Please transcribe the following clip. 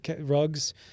Rugs